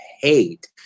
hate